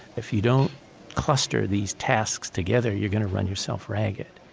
if you don't cluster these tasks together you're going to run yourself ragged,